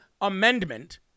amendment